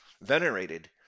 venerated